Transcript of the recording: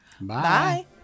Bye